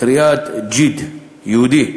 קריאת "ז'יד" יהודי.